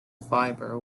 fiber